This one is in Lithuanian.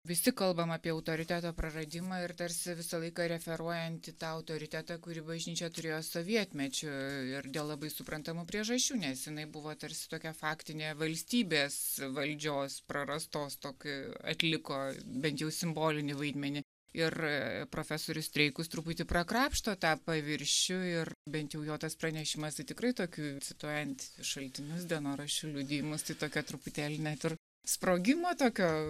visi kalbam apie autoriteto praradimą ir tarsi visą laiką referuojantį tą autoritetą kurį bažnyčia turėjo sovietmečiu a ir dėl labai suprantamų priežasčių nes jinai buvo tarsi tokia faktinė valstybės valdžios prarastos to atliko bent jau simbolinį vaidmenį ir profesorius streikus truputį prakrapšto tą paviršių ir bent jau jo tas pranešimas tikrai tokių cituojant šaltinius dienoraščių liudijimus tai tokia truputėlį net ri sprogimo tokio